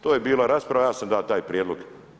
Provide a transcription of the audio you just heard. To je bila rasprava ja sam dao taj prijedlog.